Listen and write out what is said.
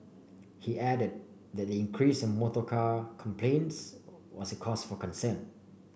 he added that the increase in motorcar complaints was a cause for concern